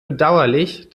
bedauerlich